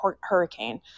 hurricane